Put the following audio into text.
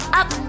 up